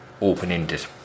open-ended